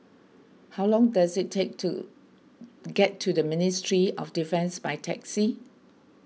how long does it take to get to the Ministry of Defence by taxi